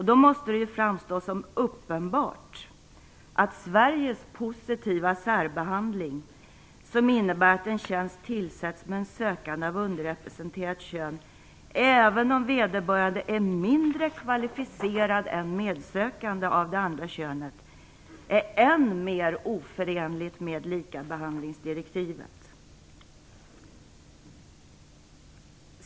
Det måste framstå som uppenbart att Sveriges positiva särbehandling, som innebär att en tjänst tillsätts med en sökande av underrepresenterat kön även om vederbörande är mindre kvalificerad än medsökande av det andra könet, är än mer oförenligt med likabehandlingsdirektivet.